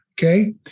Okay